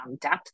depth